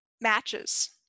matches